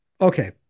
okay